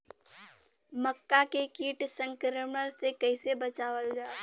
मक्का के कीट संक्रमण से कइसे बचावल जा?